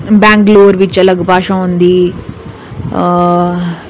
बेंगलुरू बिच अलग भाशा होंदी ऐ